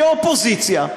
כאופוזיציה,